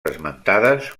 esmentades